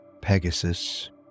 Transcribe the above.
Pegasus